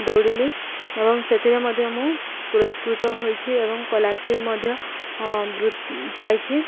ଦୌଡ଼ିଲି ଏବଂ ସେଥିରେ ମଧ୍ୟ ମୁଁ ପୁରସ୍କୃତ ହୋଇଛି ଏବଂ ସ୍କଲାରସିପ୍ ମଧ୍ୟ ପାଇଛି